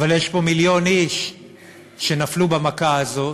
אבל יש פה מיליון איש שנפלו במכה הזאת,